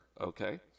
Okay